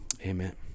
Amen